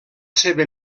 seva